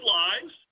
lives